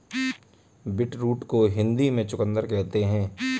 beetroot को हिंदी में चुकंदर कहते हैं